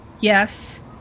Yes